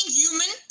human